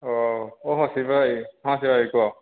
ଓ ଓହୋ ଶିବାଭାଇ ହଁ ଶିବାଭାଇ କୁହ